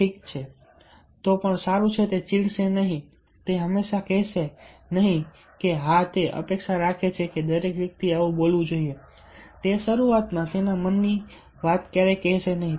ઠીક છે તે પણ સારું છે તે ચીડશે નહીં તે હંમેશા કહેશે નહીં કે હા તે અપેક્ષા રાખે છે કે દરેક વ્યક્તિએ આવું બોલવું જોઈએ તે શરૂઆતમાં તેના મનની વાત ક્યારેય કહેશે નહીં